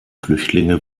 flüchtlinge